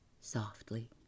softly